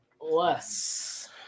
less